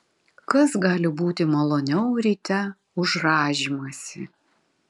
kas gali būti maloniau ryte už rąžymąsi